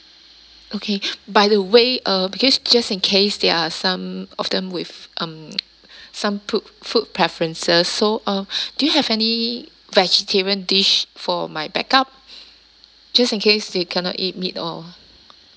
okay by the way uh because just in case there are some of them with um some put food preferences so uh do you have any vegetarian dish for my backup just in case they cannot eat meat or